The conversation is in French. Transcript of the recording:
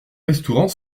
restaurant